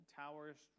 towers